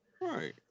Right